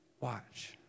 watch